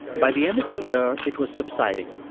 by the end of the year, it was subsiding.